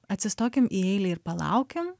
atsistokim į eilę ir palaukim